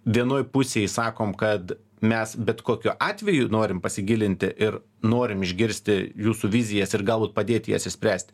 vienoj pusėj sakom kad mes bet kokiu atveju norim pasigilinti ir norim išgirsti jūsų vizijas ir galūt padėti jas išspręsti